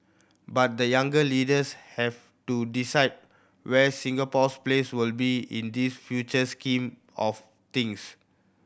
but the younger leaders have to decide where Singapore's place will be in this future scheme of things